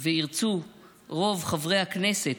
וירצו רוב חברי הכנסת,